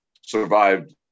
survived